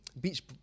beach